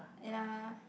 ya